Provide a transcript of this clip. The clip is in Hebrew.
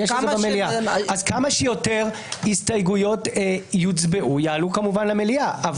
אז כמה שיותר הסתייגויות יוצבעו יעלו כמובן למליאה.